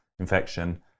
infection